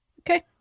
okay